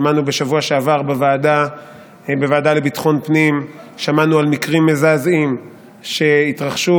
שמענו בשבוע שעבר בוועדה לביטחון פנים על מקרים מזעזעים שהתרחשו